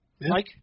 Mike